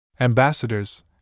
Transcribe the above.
Ambassadors